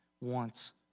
wants